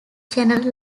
general